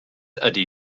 ydy